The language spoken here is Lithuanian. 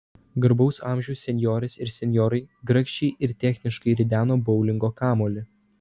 garbaus amžiaus senjorės ir senjorai grakščiai ir techniškai rideno boulingo kamuolį